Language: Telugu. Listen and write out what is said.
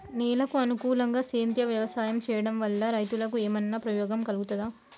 నేలకు అనుకూలంగా సేంద్రీయ వ్యవసాయం చేయడం వల్ల రైతులకు ఏమన్నా ఉపయోగం కలుగుతదా?